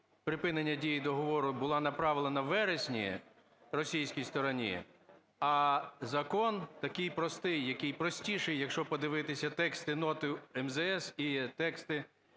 припинення дії договору була направлена у вересні російській стороні, а закон такий простий, який простіший, якщо подивитися тексти ноти МЗС і тексти